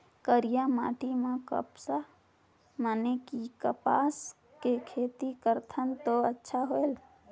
करिया माटी म कपसा माने कि कपास के खेती करथन तो अच्छा होयल?